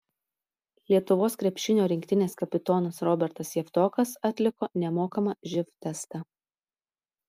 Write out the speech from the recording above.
lietuvos krepšinio rinktinės kapitonas robertas javtokas atliko nemokamą živ testą